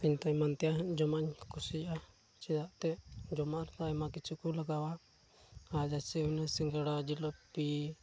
ᱤᱧᱫᱚ ᱮᱢᱟᱱ ᱛᱮᱭᱟᱜ ᱡᱚᱢᱟᱜ ᱤᱧ ᱠᱩᱥᱤᱭᱟᱜᱼᱟ ᱪᱮᱫᱟᱜ ᱥᱮ ᱡᱚᱢᱟᱜ ᱨᱮᱫᱚ ᱟᱭᱢᱟ ᱠᱤᱪᱷᱩ ᱠᱚ ᱞᱟᱜᱟᱣᱟ ᱟᱨ ᱡᱮᱭᱥᱮ ᱚᱱᱟ ᱥᱤᱸᱜᱟᱹᱲᱟ ᱡᱷᱤᱞᱟᱹᱯᱤ